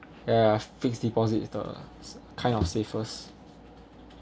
ya ya fixed deposit is the kind of safest